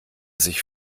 sich